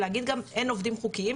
אי אפשר להגיד שאין עובדים חוקיים,